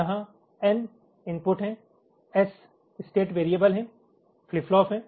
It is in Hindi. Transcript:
यहाँ एन इनपुट हैं एस स्टेट वेरिएबल हैं फ्लिप फ्लॉप हैं